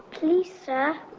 please sir,